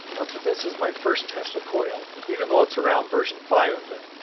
note that this is my first tesla coil, even though it's around version five of it,